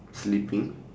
sleeping